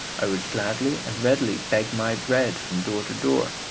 i would gladly and readily beg my bread from door to door.